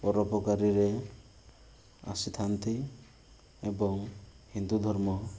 ପରୋପକାରୀରେ ଆସିଥାନ୍ତି ଏବଂ ହିନ୍ଦୁଧର୍ମ